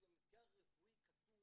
כי במזכר הרפואי כתוב